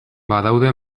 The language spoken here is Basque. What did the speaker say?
badaude